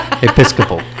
Episcopal